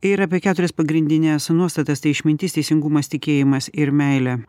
ir apie keturias pagrindines nuostatas tai išmintis teisingumas tikėjimas ir meilė